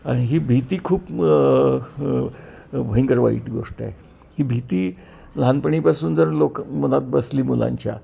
आणि ही भीती खूप भयंकर वाईट गोष्ट आहे ही भीती लहानपणीपासून जर लोक मनात बसली मुलांच्या